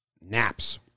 Naps